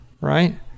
right